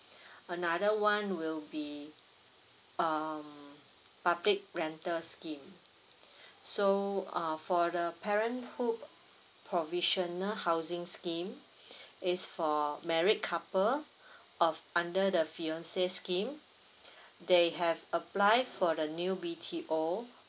another one will be um public rental scheme so uh for the parenthood provisional housing scheme is for married couple of under the fiancés scheme they have apply for the new B_T_O